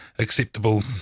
acceptable